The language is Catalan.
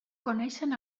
coneixen